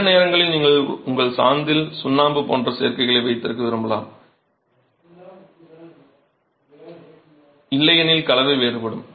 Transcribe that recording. எனவே சில நேரங்களில் நீங்கள் உங்கள் சாந்தில் சுண்ணாம்பு போன்ற சேர்க்கைகளை வைத்திருக்க விரும்பலாம் இல்லையெனில் கலவை வேறுபடும்